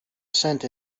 cent